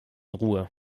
ruhe